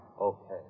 Okay